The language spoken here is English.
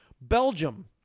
Belgium